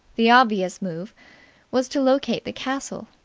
the obvious move was to locate the castle.